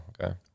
okay